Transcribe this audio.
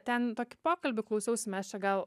ten tokį pokalbį klausiausi mes čia gal